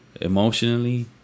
Emotionally